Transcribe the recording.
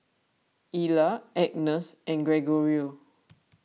Ela Agness and Gregorio